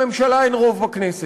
לממשלה אין רוב בכנסת,